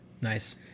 nice